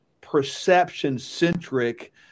perception-centric